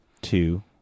Two